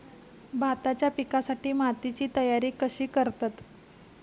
भाताच्या पिकासाठी मातीची तयारी कशी करतत?